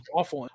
awful